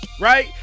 right